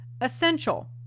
essential